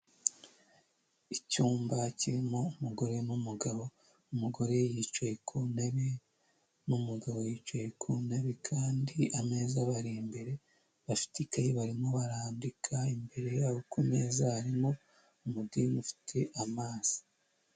Icyumba kirimo umugore n'umugabo umugore yicaye ku ntebe n'umugabo yicaye ku ntebe kandi ameza abari imbere, bafite ikaye barimo barandika imbere yabo ku meza harimo umudimu ufite amazi.